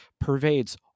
pervades